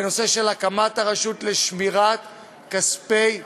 בנושא הקמת הרשות, לשמירת כספי החוסכים.